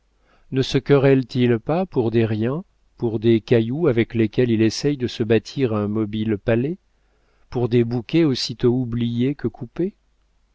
ne se querelle t il pas pour des riens pour des cailloux avec lesquels il essaie de se bâtir un mobile palais pour des bouquets aussitôt oubliés que coupés